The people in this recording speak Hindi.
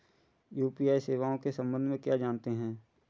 यू.पी.आई सेवाओं के संबंध में क्या जानते हैं?